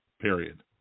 Period